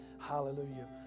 Hallelujah